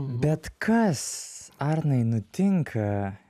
bet kas arnai nutinka